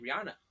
Rihanna